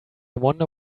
wonder